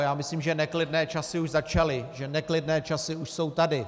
Já myslím, že neklidné časy už začaly, že neklidné časy už jsou tady.